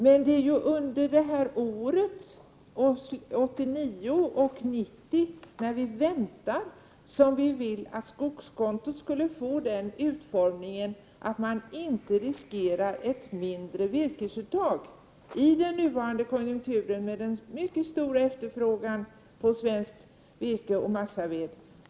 Men det är ju under den tiden, 1989 och 1990, när vi väntar, som vi vill att skogskontona skall få den utformningen att man inte riskerar ett mindre virkesuttag under den nuvarande konjunkturen med den mycket stora efterfrågan på svenskt virke och massaved.